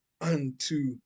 unto